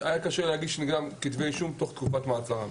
היה קשה להגיש נגדם כתבי אישום תוך כדי תקופת המעצר.